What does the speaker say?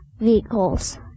vehicles